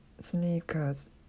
sneakers